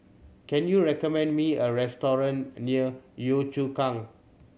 can you recommend me a restaurant near Yio Chu Kang